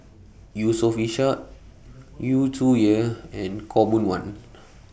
Yusof Ishak Yu Zhuye and Khaw Boon Wan